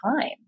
time